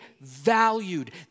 valued